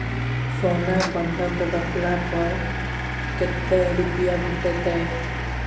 सोना बंधक रखला पर कत्ते रुपिया भेटतै?